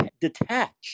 detached